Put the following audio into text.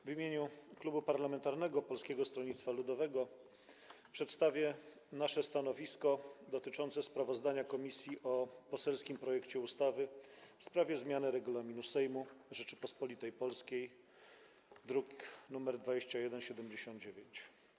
W imieniu Klubu Parlamentarnego Polskiego Stronnictwa Ludowego przedstawię nasze stanowisko dotyczące sprawozdania komisji o poselskim projekcie uchwały w sprawie zmiany Regulaminu Sejmu Rzeczypospolitej Polskiej, druk nr 2179.